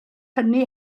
hynny